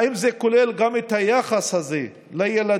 האם זה כולל גם את היחס הזה לילדים,